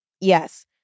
yes